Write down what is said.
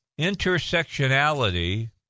intersectionality